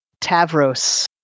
Tavros